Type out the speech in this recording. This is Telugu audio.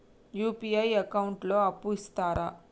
యూ.పీ.ఐ అకౌంట్ లో అప్పు ఇస్తరా?